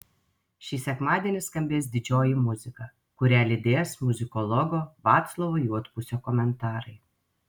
šį sekmadienį skambės didžioji muzika kurią lydės muzikologo vaclovo juodpusio komentarai